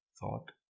thought